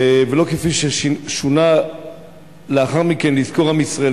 ולא כפי ששונה לאחר מכן: "יזכור עם ישראל".